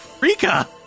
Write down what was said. Rika